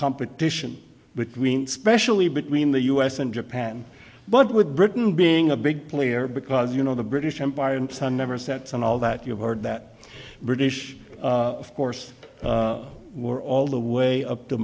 competition between specially between the u s and japan but with britain being a big player because you know the british empire and sun never sets on all that you've heard that the british of course were all the way up to